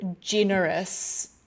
generous